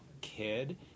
kid